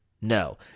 no